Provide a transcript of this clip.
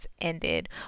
ended